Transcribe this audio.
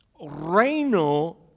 Reino